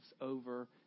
over